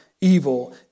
Evil